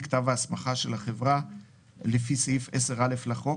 לכתב ההסמכה של החברה לפי סעיף 10(א) לחוק,